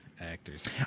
actors